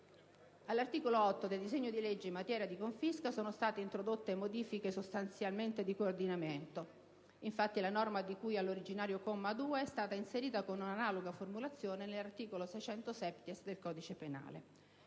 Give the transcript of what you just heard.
All'articolo 8 del disegno di legge in materia di confisca sono state introdotte modifiche sostanzialmente di coordinamento: infatti, la norma di cui all'originario comma 2 è stata inserita con analoga formulazione nell'articolo 600-*septies* del codice penale.